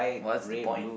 what's the point